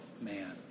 man